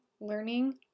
learning